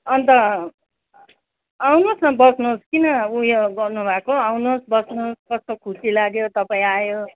अन्त आउनुहोस् न बस्नुहोस् किन उयो गर्नु भएको आउनुहोस् बस्नुहोस् कस्तो खुसी लाग्यो तपाईँ आयो